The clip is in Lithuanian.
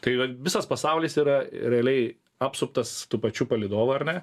tai vat visas pasaulis yra realiai apsuptas tų pačių palydovų ar ne